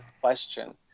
question